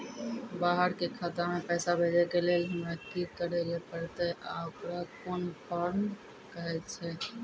बाहर के खाता मे पैसा भेजै के लेल हमरा की करै ला परतै आ ओकरा कुन फॉर्म कहैय छै?